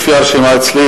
לפי הרשימה שלי,